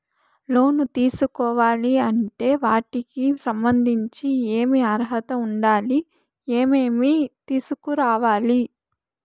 లోను తీసుకోవాలి అంటే వాటికి సంబంధించి ఏమి అర్హత ఉండాలి, ఏమేమి తీసుకురావాలి